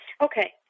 Okay